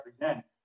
represent